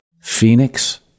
Phoenix